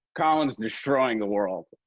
colin's destroying the world.